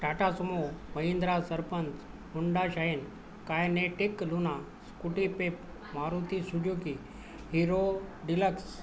Tata Sumo Mahindra सरपंच Honda Shine Kinetic Luna Scooty Pep Maruti Suzuki Hero Deluxe